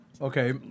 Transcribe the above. Okay